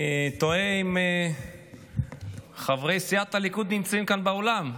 אני תוהה אם חברי סיעת הליכוד נמצאים כאן באולם.